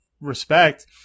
respect